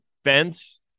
Fence